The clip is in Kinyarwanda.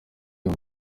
iyo